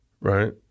right